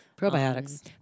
probiotics